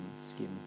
skin